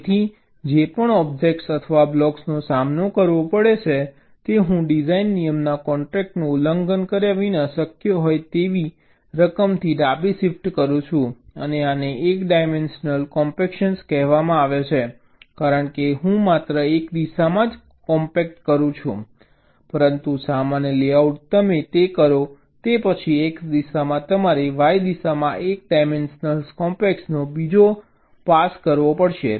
તેથી જે પણ ઑબ્જેક્ટ્સ અથવા બ્લોક્સનો સામનો કરવો પડે છે તે હું ડિઝાઇન નિયમના કોન્સ્ટ્રેન્ટનું ઉલ્લંઘન કર્યા વિના શક્ય હોય તેવી રકમથી ડાબે શિફ્ટ કરું છું અને આને 1 ડાયમેન્શનલ કોમ્પેક્શન કહેવામાં આવે છે કારણ કે હું માત્ર 1 દિશામાં કોમ્પેક્ટ કરું છું પરંતુ સામાન્ય લેઆઉટમાં તમે તે કરો તે પછી x દિશામાં તમારે y દિશામાં 1 ડાયમેન્શનલ કોમ્પેક્શનનો બીજો પાસ કરવો પડશે